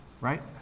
right